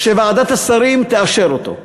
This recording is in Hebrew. שוועדת השרים תאשר אותו.